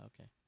Okay